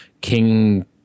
king